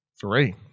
Three